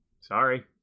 Sorry